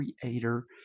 creator